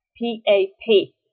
p-a-p